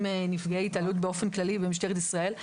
נפגעי התעללות באופן כללי במשטרת ישראל,